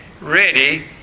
Ready